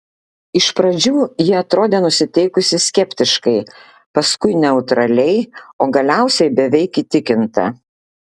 iš pradžių ji atrodė nusiteikusi skeptiškai paskui neutraliai o galiausiai beveik įtikinta